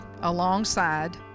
alongside